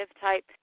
type